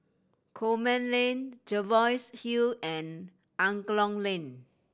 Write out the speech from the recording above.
Coleman Lane Jervois Hill and Angklong Lane